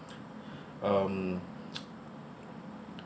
um